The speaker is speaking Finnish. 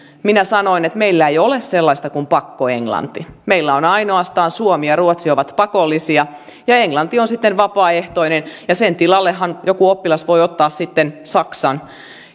minä sanoin että meillä ei ole sellaista kuin pakkoenglanti meillä ainoastaan suomi ja ruotsi ovat pakollisia ja englanti on sitten vapaaehtoinen ja sen tilallehan joku oppilas voi ottaa sitten saksan